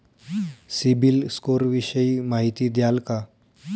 CIBIL score विषयी माहिती द्याल का?